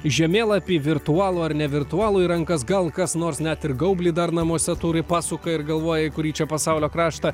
žemėlapį virtualų ar nevirtualų į rankas gal kas nors net ir gaublį dar namuose turi pasuka ir galvoja į kurį čia pasaulio kraštą